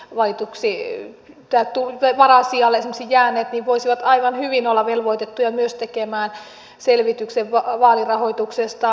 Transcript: vain yksi yö tää tunteita valtuustoihin esimerkiksi varasijalle jääneet voisivat aivan hyvin olla myös velvoitettuja tekemään selvityksen vaalirahoituksestaan